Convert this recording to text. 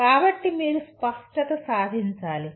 కాబట్టి మీరు స్పష్టత సాధించాలి